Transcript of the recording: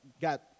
got